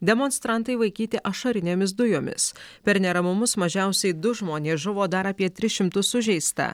demonstrantai vaikyti ašarinėmis dujomis per neramumus mažiausiai du žmonės žuvo dar apie tris šimtus sužeista